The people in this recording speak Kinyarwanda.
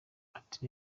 ati